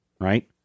Right